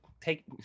Take